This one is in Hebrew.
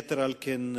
יתר על כן,